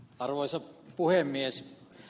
arvoisa puhemies